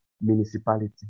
municipality